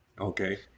Okay